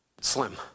slim